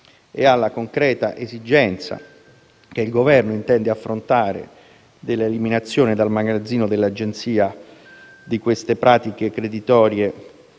e alla concreta esigenza, che il Governo intende affrontare, dell'eliminazione dal magazzino dell'Agenzia di queste pratiche creditorie